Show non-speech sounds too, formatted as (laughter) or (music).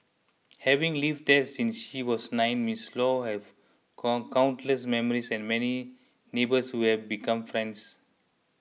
having lived there since she was nine Miss Law have (unintelligible) countless memories and many neighbours who have become friends